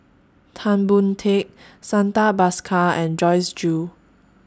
Tan Boon Teik Santha Bhaskar and Joyce Jue